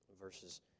verses